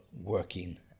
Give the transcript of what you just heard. working